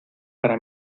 para